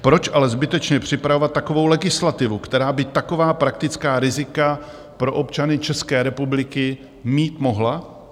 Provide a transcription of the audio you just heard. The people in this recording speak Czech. Proč ale zbytečně připravovat takovou legislativu, která by taková praktická rizika pro občany České republiky mít mohla?